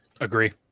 Agree